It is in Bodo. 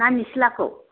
ना निसिलाखौ